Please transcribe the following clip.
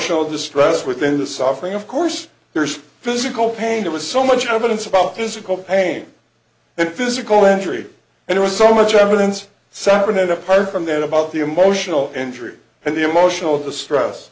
distress within the suffering of course there is physical pain it was so much evidence about physical pain and physical injury and it was so much evidence sacramento apart from then about the emotional injury and the emotional distress